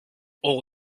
all